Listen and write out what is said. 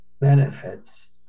benefits